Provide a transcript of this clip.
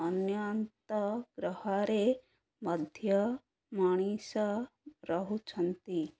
ଅନ୍ୟତ୍ର ଗ୍ରହରେ ମଧ୍ୟ ମଣିଷ ରହୁଛନ୍ତି